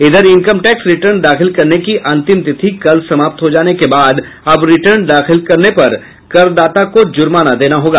इधर income tax return दाखिल करने की अंतिम तिथि कल समाप्त हो जाने के बाद अब रिटर्न दाखिल करने पर करदाता को जुर्माना देना होगा